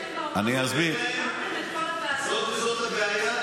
--- זאת הבעיה,